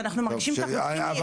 ואנחנו מרגישים שאנחנו צריכים להילחם.